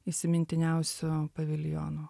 įsimintiniausių paviljonų